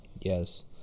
Yes